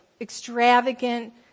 extravagant